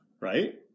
Right